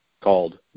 called